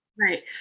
right